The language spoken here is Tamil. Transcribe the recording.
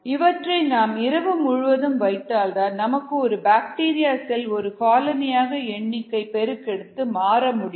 இவற்றை நாம் இரவு முழுவதும் வைத்தால்தான் நமக்கு ஒரு பாக்டீரியா செல் ஒரு காலனியாக எண்ணிக்கை பெருக்கெடுத்து மாற முடியும்